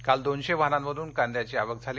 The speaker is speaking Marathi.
काल दोनशे वाहनांमधून कांद्याची आवक झाली